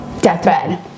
deathbed